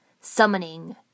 Summoning